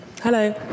Hello